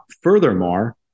Furthermore